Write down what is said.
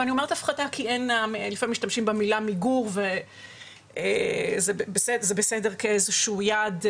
ואני אומרת הפחתה כי לפעמים אומרים מיגור וזה בסדר כאיזשהו יעד,